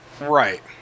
Right